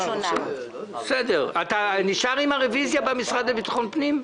אתה נשאר עם הרוויזיה במשרד לביטחון פנים?